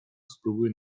spróbuję